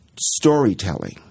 storytelling